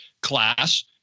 class